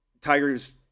Tiger's